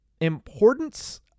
importance